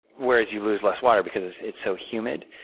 whereas you lose less water because it's so humid.